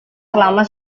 selama